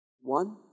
one